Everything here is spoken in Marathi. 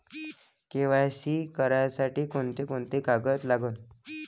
के.वाय.सी करासाठी कोंते कोंते कागद लागन?